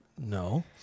No